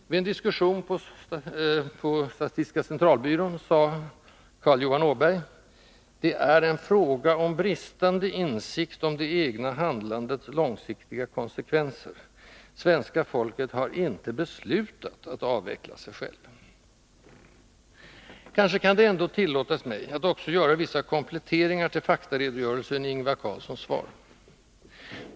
Vid en diskussion på statistiska centralbyrån sade Carl Johan Åberg: Det är en fråga om bristande insikt om det egna handlandets långsiktiga konsekvenser. Svenska folket har inte beslutat att avveckla sig självt. Kanske kan det också tillåtas mig att göra vissa kompletteringar till faktaredogörelsen i Ingvar Carlssons svar.